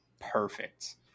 perfect